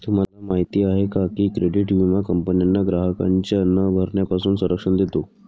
तुम्हाला माहिती आहे का की क्रेडिट विमा कंपन्यांना ग्राहकांच्या न भरण्यापासून संरक्षण देतो